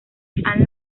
han